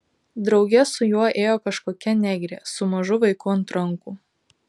drauge su juo ėjo kažkokia negrė su mažu vaiku ant rankų